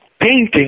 painting